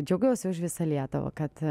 džiaugiausi už visą lietuvą kad